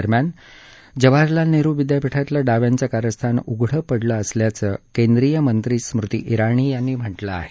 दरम्यान जवाहरलाल नेहरु विद्यापीठातलं डाव्यांचं कारस्थान उघडं पडलं असल्याचं केंद्रीय मंत्री स्मृती जाणी यांनी म्हटलं आहे